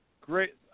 Great